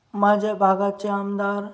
माझ्या भागाचे आमदार